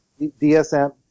DSM